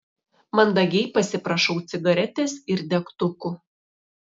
mandagiai pasiprašau cigaretės ir degtukų